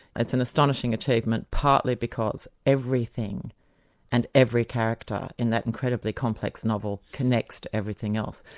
it's an astonishing achievement partly because everything and every character in that incredibly complex novel, connects to everything else.